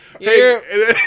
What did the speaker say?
hey